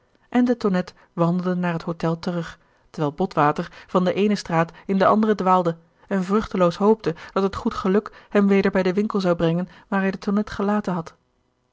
en de tonnette wandelde naar het hotel terug terwijl botwater van de eene straat in de andere dwaalde en vruchteloos hoopte dat het goed geluk hem weder bij den winkel zou brengen waar hij de tonnette gelaten had